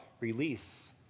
release